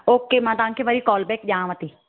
okay मां तव्हांखे वरी कॉलबॅक ॾियांव थी